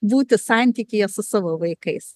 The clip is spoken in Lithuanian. būti santykyje su savo vaikais